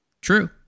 True